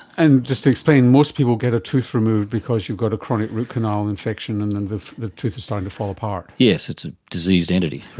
and, just to explain, most people get a tooth removed because you've got a chronic root canal infection and and the the tooth is starting to fall apart. yes, it's a diseased entity,